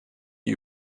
die